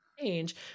change